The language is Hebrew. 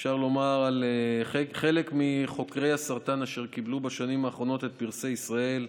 אפשר לומר שחלק מחוקרי הסרטן קיבלו בשנים האחרונות את פרסי ישראל,